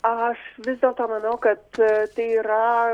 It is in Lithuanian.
aš vis dėlto manau kad tai yra